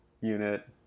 unit